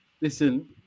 Listen